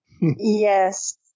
Yes